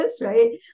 right